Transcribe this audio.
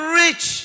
rich